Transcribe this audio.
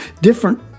different